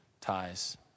ties